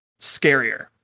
scarier